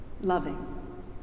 loving